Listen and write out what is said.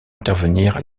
intervenir